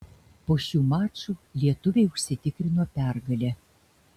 po šių mačų lietuviai užsitikrino pergalę